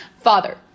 Father